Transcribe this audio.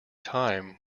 time